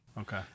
Okay